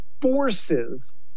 forces